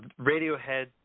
Radiohead